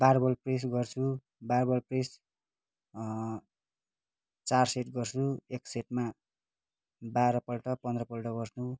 barbell press गर्छु press चार set गर्छु एक सेटमा बाह्रपल्ट पन्ध्रपल्ट गर्छु